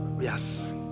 Yes